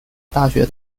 大学